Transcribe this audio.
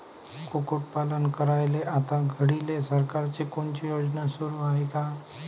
कुक्कुटपालन करायले आता घडीले सरकारची कोनची योजना सुरू हाये का?